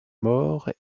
maures